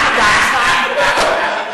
(אומר דברים בשפה הערבית)